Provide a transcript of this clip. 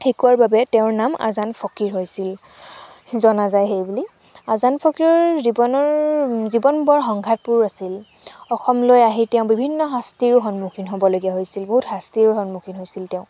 শিকোৱাৰ বাবে তেওঁৰ নাম আজান ফকীৰ হৈছিল জনা যায় সেই বুলি আজান ফকীৰৰ জীৱনৰ জীৱন বৰ সংঘাতপূৰ আছিল অসমলৈ আহিও তেওঁ বিভিন্ন শাস্তিৰো সন্মুখীনো হ'বলগীয়া হৈছিল বহুত শাস্তিৰো সন্মুখীন হৈছিল তেওঁ